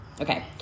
Okay